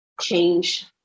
change